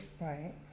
Right